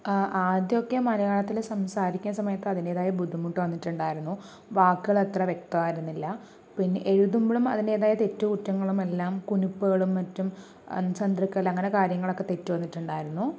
ആദ്യമൊക്കെ മലയാളത്തില് സംസാരിക്കുന്ന സമയത്ത് അതിൻ്റെതായ ബുദ്ധിമുട്ട് വന്നിട്ടുണ്ടായിരുന്നു വാക്കുകൾ അത്ര വ്യക്തമായിരുന്നില്ല പിന്നെ എഴുതുമ്പോളും അതിൻ്റെതായ തെറ്റ്കുറ്റങ്ങളും എല്ലാം കുനിപ്പുകളും മറ്റും ചന്ദ്രകല അങ്ങനെ കാര്യങ്ങളൊക്കെ തെറ്റ് വന്നിട്ടുണ്ടായിരുന്നു